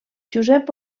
josep